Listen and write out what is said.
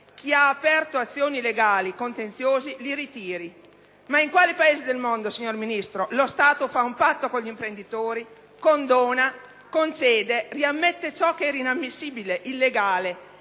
chi ha aperto azioni legali e contenziosi avrebbe dovuto ritirarli. Ma in quale Paese del mondo, signor Ministro, lo Stato fa un patto con gli imprenditori, condona, concede, riammette ciò che era inammissibile, illegale,